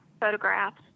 photographs